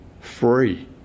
free